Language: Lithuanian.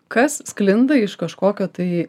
kas sklinda iš kažkokio tai